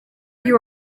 you